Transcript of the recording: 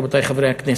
רבותי חברי הכנסת.